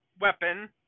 weapon